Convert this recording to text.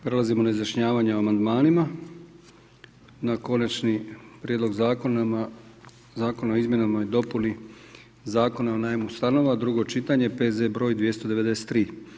Prelazimo na izjašnjavanje o amandmanima na Konačni prijedlog Zakona o izmjenama i dopuni Zakona o najmu stanova, drugo čitanje, P.Z. br. 293.